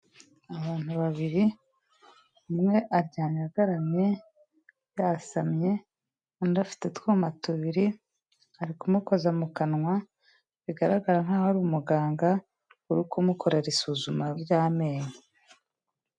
umuntu babiri umwe ajyamye agaramye yasamye, undi afite utwuma tubiri ari kumukoza mu kanwa, bigaragara nk'aho ari umuganga uri kumukorera isuzuma ry'amenyo.